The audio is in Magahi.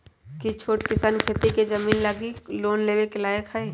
कि छोट किसान खेती के जमीन लागी लोन लेवे के लायक हई?